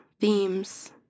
themes